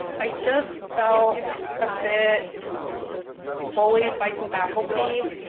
i just felt a bit bullied by some faculty.